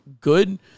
good